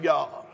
God